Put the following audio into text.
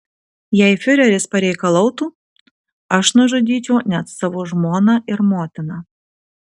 jei fiureris pareikalautų aš nužudyčiau net savo žmoną ir motiną